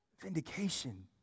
vindication